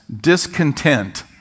discontent